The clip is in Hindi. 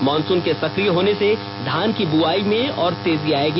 मॉनसून के सकिय होने से धान की बुआई में और तेजी आयेगी